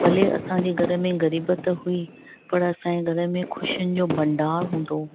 भले असांजे घर में ग़रीबत हुई पर असांजे घर मे ख़ुशियुनि जो भंडार हूंदो हुओ